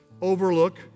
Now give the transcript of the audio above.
overlook